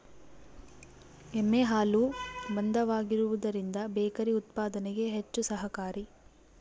ಎಮ್ಮೆ ಹಾಲು ಮಂದವಾಗಿರುವದರಿಂದ ಬೇಕರಿ ಉತ್ಪಾದನೆಗೆ ಹೆಚ್ಚು ಸಹಕಾರಿ